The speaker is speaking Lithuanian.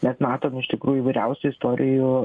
bet matom iš tikrųjų įvairiausių istorijų